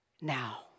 now